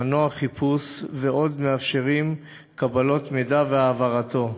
מנוע חיפוש ועוד, מאפשרים קבלת מידע והעברתו,